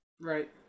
right